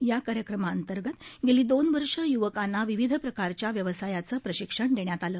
या कार्यक्रम अंतर्गत गेली दोन वर्ष य्वकांना विविध प्रकारच्या व्यवसायाचं प्रशिक्षण देण्यात आलं